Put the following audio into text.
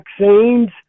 vaccines